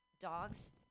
dogs –